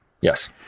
yes